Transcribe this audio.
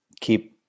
keep